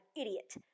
idiot